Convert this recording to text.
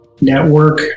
network